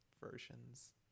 versions